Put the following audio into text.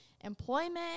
employment